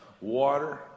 water